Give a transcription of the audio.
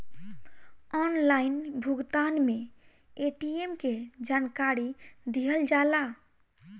Online भुगतान में ATM के जानकारी दिहल जाला?